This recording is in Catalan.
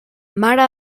mare